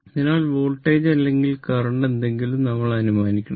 അതിനാൽ വോൾട്ടേജ് അല്ലെങ്കിൽ കറന്റ് എന്തെങ്കിലും നമ്മൾ അനുമാനിക്കണം